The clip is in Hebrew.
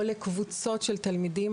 או לקבוצות של תלמידים.